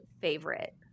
favorite